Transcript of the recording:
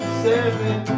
seven